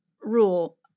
rule